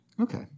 Okay